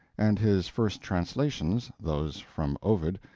and his first translations, those from ovid,